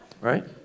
Right